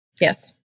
Yes